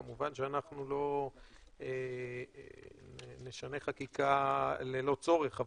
כמובן שאנחנו לא נשנה חקיקה ללא צורך.